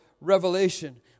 revelation